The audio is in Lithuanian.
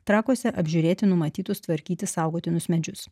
trakuose apžiūrėti numatytus tvarkyti saugotinus medžius